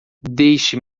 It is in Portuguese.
deixe